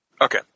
Okay